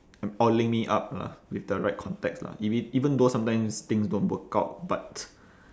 oiling me up lah with the right contacts lah if it even though sometimes things don't work out but